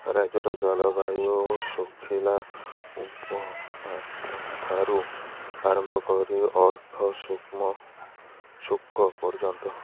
ରାଜ୍ୟର ଜଳବାୟୁ ଶୁଖିଲା ଉପଆର୍ଦ୍ରା ଠାରୁ ଆରମ୍ଭ କରି ଅର୍ଦ୍ଧଶୁକ୍ଷ୍ମ ଶୁକ ପର୍ଯ୍ୟନ୍ତ